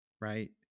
right